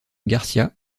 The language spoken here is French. garcía